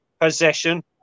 possession